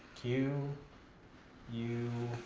q u